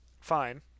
fine